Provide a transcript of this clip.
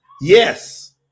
Yes